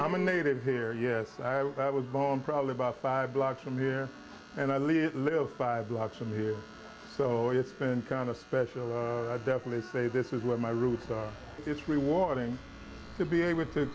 many native here yes i was born probably about five blocks from here and i live five blocks from here so it's been kind of special definitely say this is where my roots are it's rewarding to be able to